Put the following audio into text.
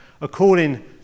according